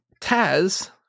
Taz